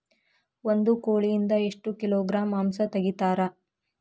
ಒಂದು ಕೋಳಿಯಿಂದ ಎಷ್ಟು ಕಿಲೋಗ್ರಾಂ ಮಾಂಸ ತೆಗಿತಾರ?